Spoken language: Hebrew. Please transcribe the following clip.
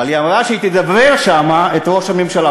אבל היא אמרה שהיא תדברר שם את ראש ממשלה,